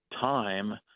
time